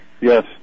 Yes